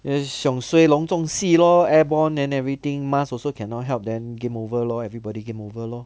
eh xiong suay long zhong si lor airborne then everything mask also cannot help them game over lor everybody game over lor